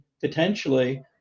potentially